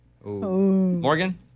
Morgan